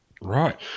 Right